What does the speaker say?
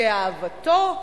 שאהבתו,